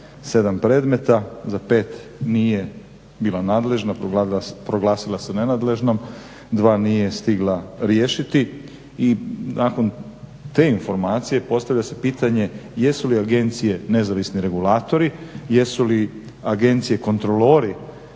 7 predmeta, za 5 nije bila nadležna, proglasila se nenadležnom, 2 nije stigla riješiti i nakon te informacije postavlja se pitanje jesu li agencije nezavisni regulatori, jesu li agencije kontrolori